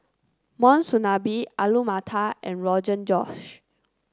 Monsunabe Alu Matar and Rogan Josh